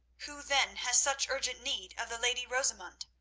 who then has such urgent need of the lady rosamund?